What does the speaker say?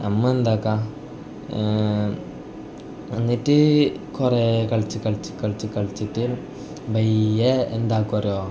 നമ്മൾ എന്താണ് ആക്കുക എന്നിട്ട് കുറേ കളിച്ച് കളിച്ച് കളിച്ച് എന്നിട്ട് പയ്യെ എന്താക്കും അറിയുമോ